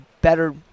better